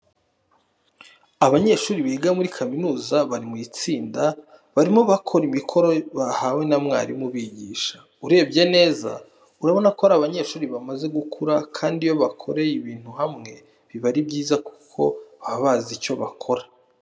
Abanyeshuri biga muri kaminuza bari mu itsinda, barimo bakora imikoro bahawe na mwarimu ubigisha. Urebye neza urabona ko ari abanyeshuri bamaze gukura kandi iyo bakoreye ibintu hamwe, biba ari byiza kuko baba bazi icyo gukora.